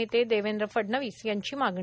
नेते देवेंद्र फडणवीस यांची मागणी